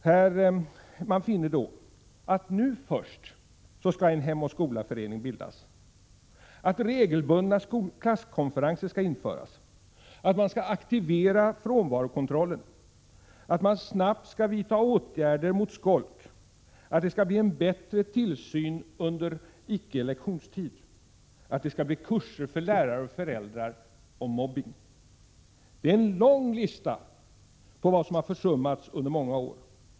Det framgår där att först nu skall en Hem och skola-förening bildas, att regelbundna klasskonferenser skall införas, att frånvarokontrollen skall aktiveras, att det snabbt skall vidtas åtgärder mot skolk, att det skall bli bättre tillsyn under icke-lektionstid samt att det skall anordnas kurser för lärare och föräldrar om mobbning. Det är en lång lista med åtgärder som har försummats under många år.